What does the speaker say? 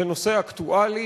זה נושא אקטואלי,